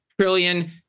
trillion